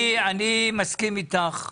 אני מסכים איתך.